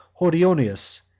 Hordionius